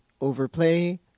overplay